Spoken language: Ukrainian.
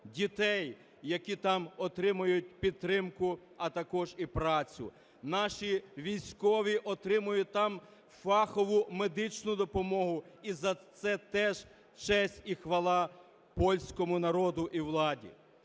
дітей, які там отримують підтримку, а також і працю. Наші військові отримують там фахову медичну допомогу. І за це теж честь і хвала польському народу і владі.